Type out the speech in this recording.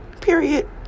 Period